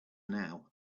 now